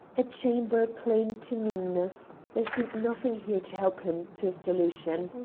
a chamber plain to meanness there seemed nothing here to help him to a solution.